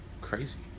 Crazy